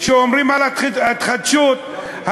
כשאומרים התחדשות,